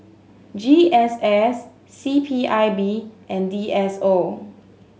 G S S C P I B and D S O